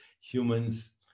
humans